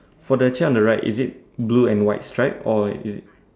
for the chair on the right is it blue and white striped or is it